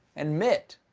and mitt,